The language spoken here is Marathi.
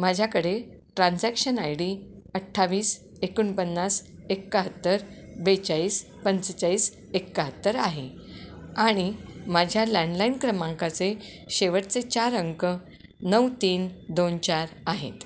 माझ्याकडे ट्रान्झॅक्शन आय डी अठ्ठावीस एकोणपन्नास एकाहत्तर बेचाळीस पंचेचाळीस एकाहत्तर आहे आणि माझ्या लँडलाईन क्रमांकाचे शेवटचे चार अंक नऊ तीन दोन चार आहेत